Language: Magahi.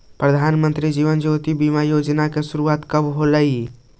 प्रधानमंत्री जीवन ज्योति बीमा योजना की शुरुआत कब होलई